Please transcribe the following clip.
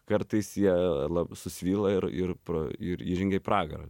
kartais jie la susvyla ir ir pro ir įžengia į pragarą